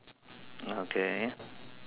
okay